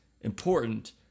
important